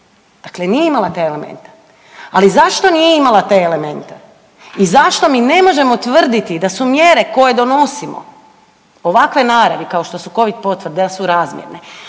dakle nije imala te elemente. Ali zašto nije imala te elemente i zašto mi ne možemo tvrditi da su mjere koje donosimo ovakve naravi kao što su covid potvrde da su razmjerne?